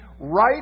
right